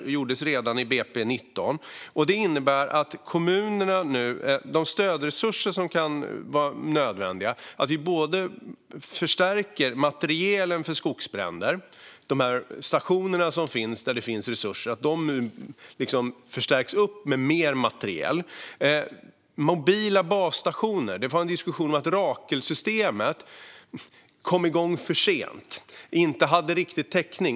Det gjordes redan i budgetpropositionen för 2019, och det innebär att vi förstärker materielen för bekämpning av skogsbränder. Stationerna där det finns resurser förstärks med mer materiel. När det gäller mobila basstationer uppstod en diskussion om att Rakelsystemet kom igång för sent och inte riktigt hade täckning.